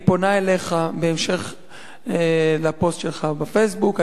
אני פונה אליך בהמשך ל"פוסט" שלך ב"פייסבוק".